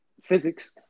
physics